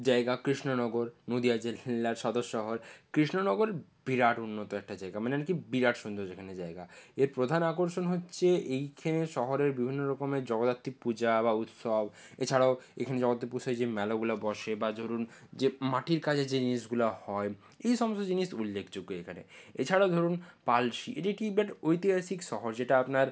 জায়গা কৃষ্ণনগর নদীয়া জেলার সদর শহর কৃষ্ণনগর বিরাট উন্নত একটা জায়গা মানে আর কি বিরাট সুন্দর যেখানে জায়গা এর প্রধান আকর্ষণ হচ্ছে এইখানে শহরের বিভিন্ন রকমের জগদ্ধাত্রী পূজা বা উৎসব এছাড়াও এখানে জগদ্ধাত্রী পূজায় যে মেলাগুলা বসে বা ধরুন যে মাটির কাজে যে জিনিসগুলা হয় এই সমস্ত জিনিস উল্লেখযোগ্য এখানে এছাড়াও ধরুন পলাশী এটি একটি ঐতিহাসিক শহর যেটা আপনার